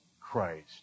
Christ